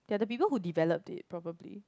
they are the people who develop it probably